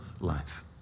life